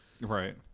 Right